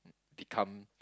become